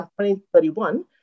2031